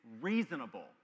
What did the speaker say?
reasonable